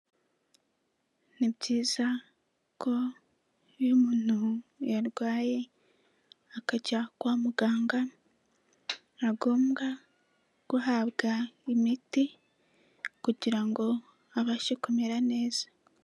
Ni byiza ko iyo umuntu yarwaye akajya kwa muganga biba ngombwa guhabwa imiti kugira ngo abashe kumera neza.